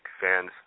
fans